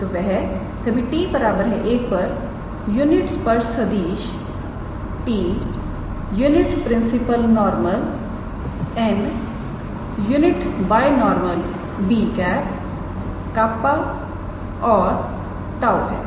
तोवह सभी 𝑡 1 पर यूनिट स्पर्श सदिश 𝑡̂यूनिट प्रिंसिपलनॉर्मल𝑛̂ यूनिट बायनार्मल𝑏̂कापा𝜅 और टाऊ𝜁 है